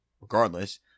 regardless